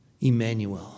Emmanuel